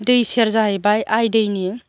दै सेर जाहैबाय आइ दैनि